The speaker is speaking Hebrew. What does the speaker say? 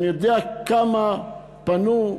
אני יודע כמה פנו,